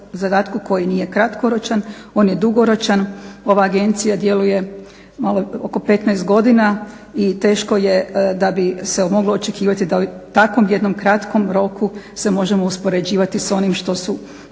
koji nije kratkoročan, on je dugoročan. Ova Agencija djeluje oko 15 godina i teško je da bi se moglo očekivati da u takvom jednom kratkom roku se možemo uspoređivati sa onim što su